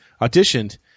Auditioned